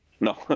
no